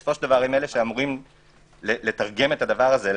שבסופו של דבר הם אלה שאמורים לתרגם את זה להאם